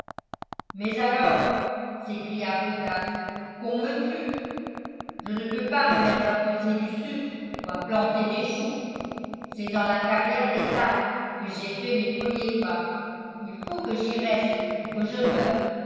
mais alors s'écria fougas qu'on me tue je ne peux pas me mettre à peser du sucre ou à planter des choux c'est dans la carrière des armes que j'ai fait mes premiers pas il faut que j'y reste ou que je meure